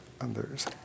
others